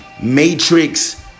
Matrix